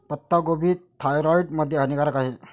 पत्ताकोबी थायरॉईड मध्ये हानिकारक आहे